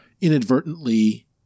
inadvertently